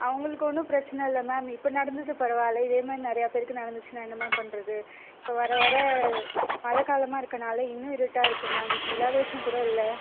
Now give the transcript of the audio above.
அவங்களுக்கும் ஒன்றும் பிரச்சின இல்லை மேம் இப்போ நடந்தது பரவாயில்ல இதே மாதிரி நிறையா பேருக்கு நடந்துச்சின்னால் என்ன மேம் பண்ணுறது இப்போ வர வர மழை காலமாக இருக்கனாலே இன்னும் இருட்டாக இருக்குது மேம் நிலா வெளிச்சம் கூட இல்லை